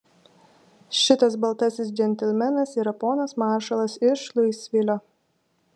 šitas baltasis džentelmenas yra ponas maršalas iš luisvilio